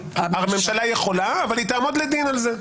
הממשלה יכולה אבל תעמוד לדין על זה.